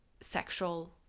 sexual